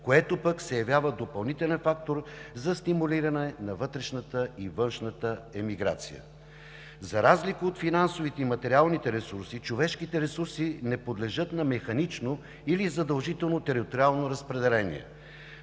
което пък се явява допълнителен фактор за стимулиране на вътрешната и външната миграция. За разлика от финансовите и материалните ресурси човешките ресурси не подлежат на механично или задължително териториално разпределение.